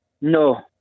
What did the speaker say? no